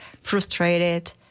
frustrated